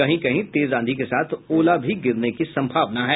कहीं कहीं तेज आंधी के साथ ओला भी गिरने की संभावना है